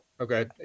Okay